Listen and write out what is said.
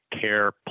care